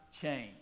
change